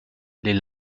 les